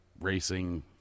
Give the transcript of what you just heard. racing